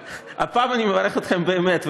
הפעם אני מברך אתכם באמת,